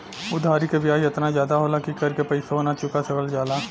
उधारी क बियाज एतना जादा होला कि कर के पइसवो ना चुका सकल जाला